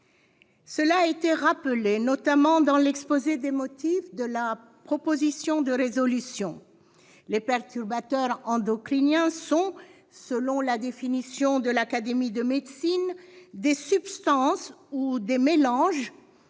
Cela a été rappelé, en particulier dans l'exposé des motifs de la proposition de résolution, les perturbateurs endocriniens sont, selon la définition de l'Académie de médecine, des substances ou des mélanges